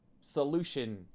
solution